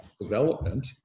development